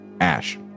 ash